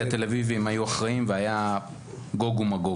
התל-אביבי הם היו אחראים והיה גוג ומגוג.